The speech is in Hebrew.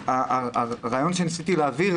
הרעיון שניסיתי להעביר,